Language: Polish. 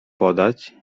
podać